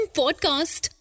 podcast